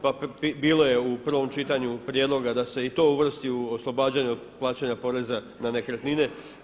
Pa bilo je u prvom čitanju prijedloga da se i to uvrsti u oslobađanje od plaćanja poreza na nekretnine.